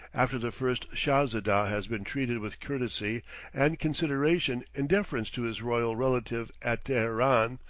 after the first shahzedah has been treated with courtesy and consideration in deference to his royal relative at teheran,